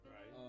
Right